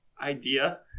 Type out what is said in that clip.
idea